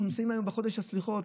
אנחנו נמצאים היום בחודש הסליחות.